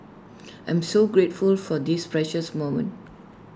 I am so grateful for this precious moment